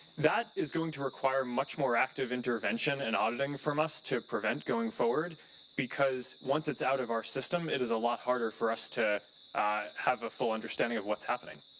that is going to require much more active intervention and auditing from us to prevent going forward because once it's out of our system it is allotted harder for us to have full understanding of what's happening.